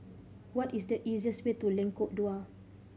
what is the easiest way to Lengkok Dua